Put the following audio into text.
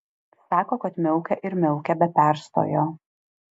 sako kad miaukia ir miaukia be perstojo